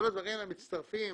כל הדברים האלה מצטרפים